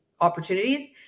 opportunities